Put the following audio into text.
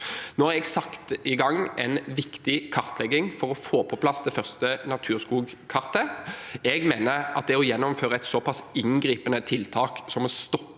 Nå har jeg satt i gang en viktig kartlegging for å få på plass det første naturskogkartet. Jeg mener at det å gjennomføre et såpass inngripende tiltak som å stoppe